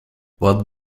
what